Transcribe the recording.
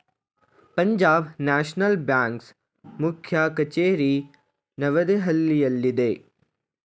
Punjab national ಬ್ಯಾಂಕ್ನ ಮುಖ್ಯ ಕಚೇರಿ ನವದೆಹಲಿಯಲ್ಲಿದೆ